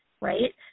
right